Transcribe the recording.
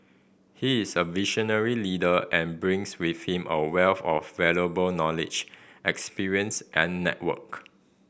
he is a visionary leader and brings with him a wealth of valuable knowledge experience and network